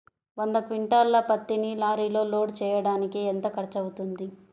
వంద క్వింటాళ్ల పత్తిని లారీలో లోడ్ చేయడానికి ఎంత ఖర్చవుతుంది?